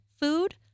food